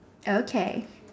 okay